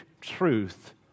truth